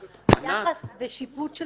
בנושא של טרור יחס ושיפוט של